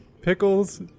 Pickles